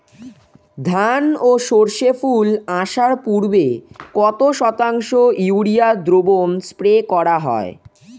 ধান ও সর্ষে ফুল আসার পূর্বে কত শতাংশ ইউরিয়া দ্রবণ স্প্রে করা হয়?